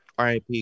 RIP